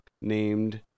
named